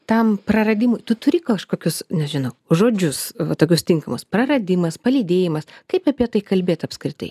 tam praradimui tu turi kažkokius nežinau žodžius tokius tinkamus praradimas palydėjimas kaip apie tai kalbėti apskritai